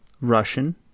russian